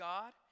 God